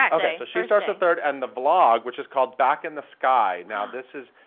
um okay so she starts the third and the vlog, which is called, back in the sky, now this is,